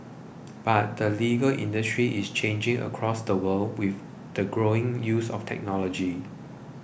but the legal industry is changing across the world with the growing use of technology